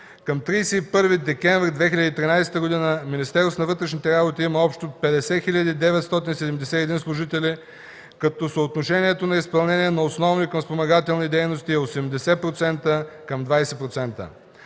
Към 31 декември 2013 г. Министерството на вътрешните работи има общо 50 хил. 971 служители, като съотношението на изпълнение на основни към спомагателни дейности е 80% към 20%.